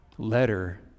Letter